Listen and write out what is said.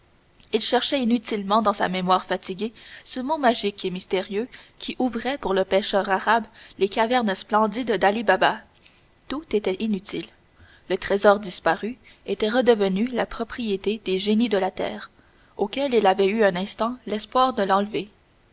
il cherchait inutilement dans sa mémoire fatiguée ce mot magique et mystérieux qui ouvrait pour le pêcheur arabe les cavernes splendides dali baba tout était inutile le trésor disparu était redevenu la propriété des génies de la terre auxquels il avait eu un instant l'espoir de l'enlever